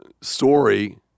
story